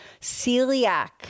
celiac